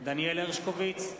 דניאל הרשקוביץ,